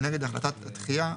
נגד החלטת הדחייה,